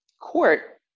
court